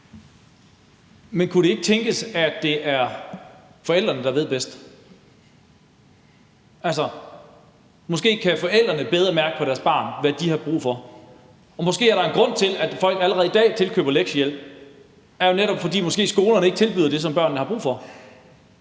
Men kunne det ikke tænkes, at det er forældrene, der ved bedst? Måske kan forældrene bedre mærke på deres børn, hvad de har brug for, og måske er der en grund til, at folk allerede i dag tilkøber lektiehjælp. Det er jo netop, fordi skolerne måske ikke tilbyder det, som børnene har brug for.